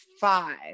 five